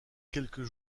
quelques